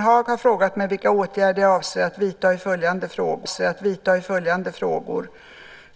Fru talman! Erik Ullenhag har frågat mig vilka åtgärder jag avser att vidta i följande frågor: